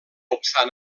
obstant